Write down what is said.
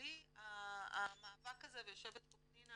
בלי המאבק הזה, ויושבת פה פנינה